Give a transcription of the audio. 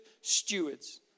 stewards